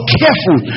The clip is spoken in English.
careful